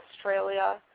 Australia